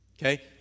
Okay